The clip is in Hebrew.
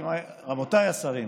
רבותיי השרים,